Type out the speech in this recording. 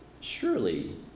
surely